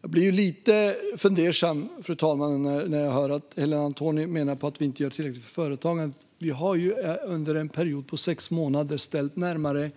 Jag blir lite fundersam, fru talman, när jag hör att Helena Antoni menar att vi inte gör tillräckligt för företagen. Vi har ju under en period på sex månader kommit med närmare